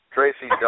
Tracy